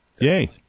yay